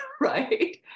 right